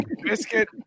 Biscuit